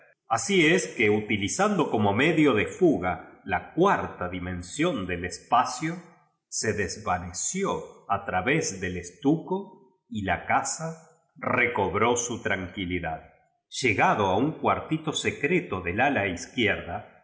así es que utilizando como medio tic fuga la cuarta dimensión del espacio se des vaneció a través del estuco v la casa reco bró su tranquilidad llegado a un cuartito secreto del ala iz quierda se